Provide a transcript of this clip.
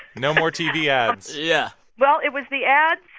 no more tv ads yeah well, it was the ads.